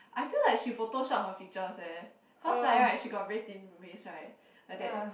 I feel like she photoshop her features eh cause like right she got very thin waist right like that